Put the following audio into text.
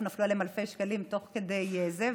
פתאום נפלו עליהן אלפי שקלים תוך כדי זה,